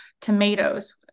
tomatoes